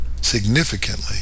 significantly